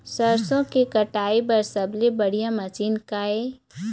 सरसों के कटाई बर सबले बढ़िया मशीन का ये?